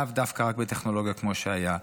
לאו דווקא רק בטכנולוגיה כמו שהיה,